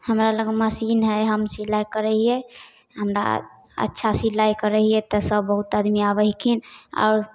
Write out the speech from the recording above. हमरा लग मशीन हइ हम सिलाइ करै हिए हमरा अच्छा सिलाइ करै हिए तऽ सभ बहुत आदमी आबै हकिन आओर